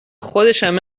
خودشم